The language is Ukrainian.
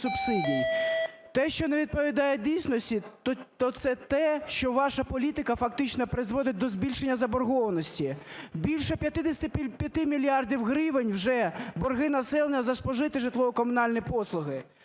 Те, що не відповідає дійсності, то це те, що ваша політика фактично призводить до збільшення заборгованості. Більше 55 мільярдів гривень вже борги населення за спожиті житлово-комунальні послуги.